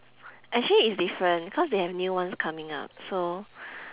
actually it's different cause they have new ones coming up so